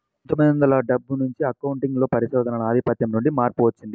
పందొమ్మిది వందల డెబ్బై నుంచి అకౌంటింగ్ లో పరిశోధనల ఆధిపత్యం నుండి మార్పు వచ్చింది